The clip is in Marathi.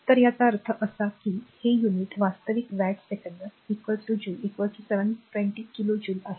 तर याचा अर्थ असा की हे युनिट वास्तविक वॅट सेकंद जूल 720 किलो जूल आहे